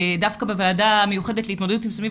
דווקא בוועדה המיוחדת להתמודדות סביב